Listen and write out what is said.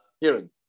hearing